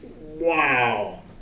wow